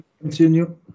continue